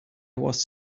was